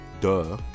duh